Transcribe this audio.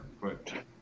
right